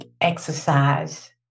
exercise